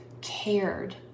cared